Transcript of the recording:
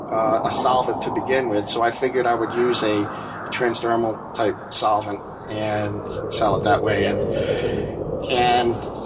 a solvent to begin with, so i figured i would use a transdermal type solvent and sell it that way. and and